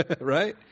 Right